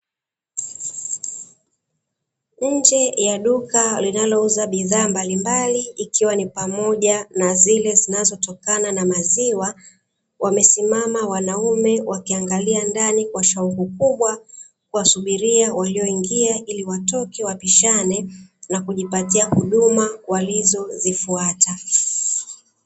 Nje ya duka linalouza bidhaa mbalimbali, ikiwa ni pamoja na zile zinazotokana na maziwa, wamesimama wanaume wakiangalia ndani kwa shauku kubwa, kuwasubiria waliongia ili watoke wapishane na kujipatia huduma walizozifuata.